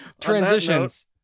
transitions